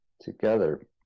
together